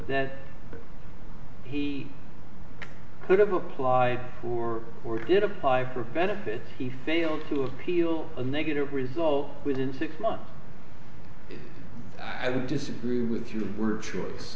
that he could have applied for or did apply for benefits he failed to appeal a negative result within six months i disagree with you were a choice